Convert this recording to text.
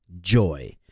joy